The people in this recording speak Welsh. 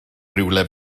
rywle